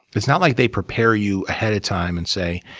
it's not like they prepare you ahead of time and say,